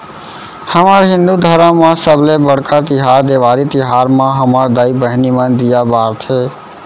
हमर हिंदू धरम म सबले बड़का तिहार देवारी तिहार म हमर दाई बहिनी मन दीया बारथे